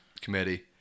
committee